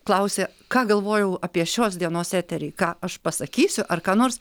klausė ką galvojau apie šios dienos eterį ką aš pasakysiu ar ką nors